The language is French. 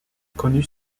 connu